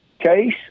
case